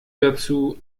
dazu